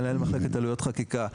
מנהל מחלקת עלויות חקיקה.